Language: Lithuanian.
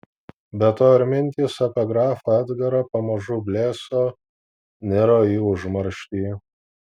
be to ir mintys apie grafą edgarą pamažu blėso niro į užmarštį